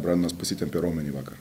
brendonas pasitempė raumenį vakar